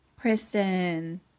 Kristen